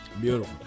Beautiful